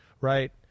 right